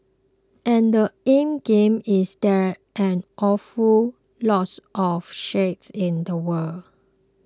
and the endgame is there's an awful lots of shales in the world